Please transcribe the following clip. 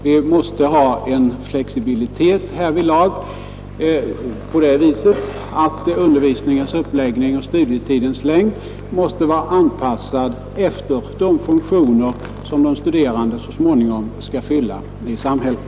Vi måste ha en flexibilitet härvidlag på det viset att undervisningens uppläggning och studietidens längd anpassas efter de funktioner som de studerande så småningom skall fylla i samhället.